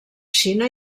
xina